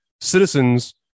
citizens